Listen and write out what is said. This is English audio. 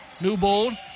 Newbold